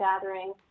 gathering